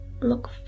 look